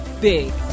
big